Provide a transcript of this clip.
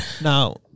Now